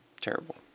Terrible